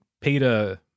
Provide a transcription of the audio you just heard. Peter